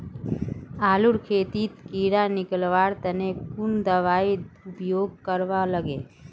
आलूर खेतीत कीड़ा निकलवार तने कुन दबाई उपयोग करवा लगे?